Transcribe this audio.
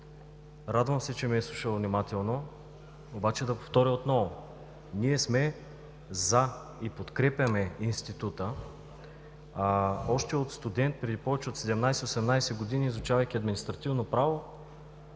Радвам се, че ме е изслушал внимателно, обаче да повторя отново: ние сме „за“ и подкрепяме института. Още от студент преди повече от 17-18 години, изучавайки административно право,